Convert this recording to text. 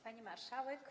Pani Marszałek!